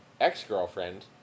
ex-girlfriend